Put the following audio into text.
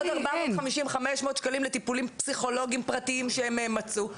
עוד 450-500 שקלים לטיפולים פסיכולוגיים פרטיים שהם מצאו,